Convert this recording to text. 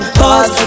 pause